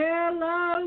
Hello